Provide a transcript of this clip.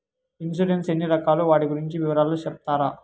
Insurance ఎన్ని రకాలు వాటి గురించి వివరాలు సెప్తారా?